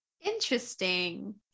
Interesting